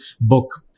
book